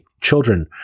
children